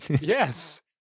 Yes